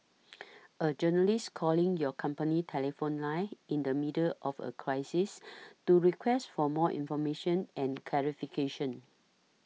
a journalist calling your company telephone line in the middle of a crisis to request for more information and clarifications